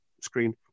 screen